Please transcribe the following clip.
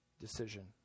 decision